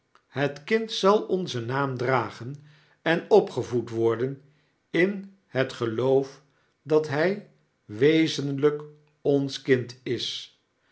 het kind zal onzen naam dragen en opgevoed worden in het geloof dat hij wezenlyk ons kind is